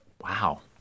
Wow